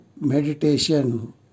meditation